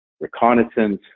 reconnaissance